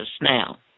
now